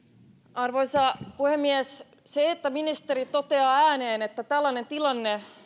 arvoisa puhemies se että ministeri toteaa ääneen että tällainen tilanne